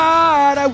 God